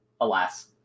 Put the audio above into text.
alas